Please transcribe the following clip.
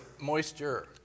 moisture